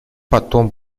потом